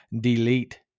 delete